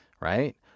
right